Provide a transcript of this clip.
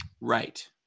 Right